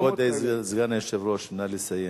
כבוד סגן היושב-ראש, נא לסיים.